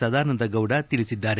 ಸದಾನಂದ ಗೌಡ ತಿಳಿಸಿದ್ದಾರೆ